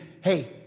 hey